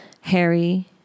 Harry